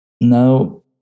now